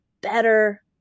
better